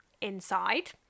inside